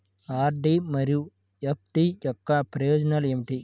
RD మరియు FD యొక్క ప్రయోజనాలు ఏమిటి?